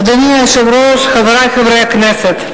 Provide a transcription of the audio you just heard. אדוני היושב-ראש, חברי חברי הכנסת,